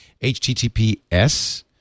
HTTPS